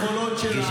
כן, היא התפטרה.